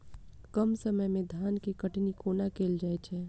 कम समय मे धान केँ कटनी कोना कैल जाय छै?